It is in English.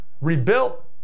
rebuilt